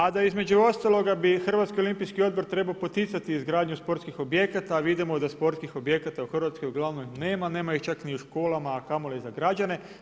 A da između ostaloga bi Hrvatski olimpijski odbor treba poticati izgradnju sportskih objekata a vidimo da sportskih objekata u Hrvatskoj uglavnom nema a nema ih čak ni u školama a kamoli za građane.